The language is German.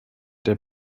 der